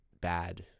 bad